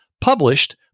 published